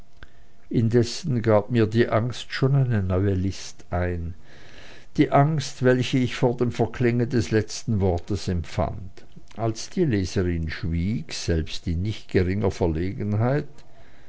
indessen gab mir die angst schon eine neue list ein die angst welche ich vor dem verklingen des letzten wortes empfand als die leserin schwieg selbst in nicht geringer verlegenheit